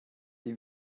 ihm